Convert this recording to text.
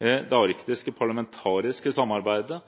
Det arktiske parlamentariske samarbeidet